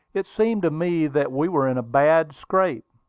it seemed to me that we were in a bad scrape,